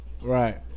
Right